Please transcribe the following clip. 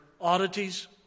oddities